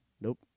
Nope